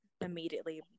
immediately